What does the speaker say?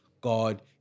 God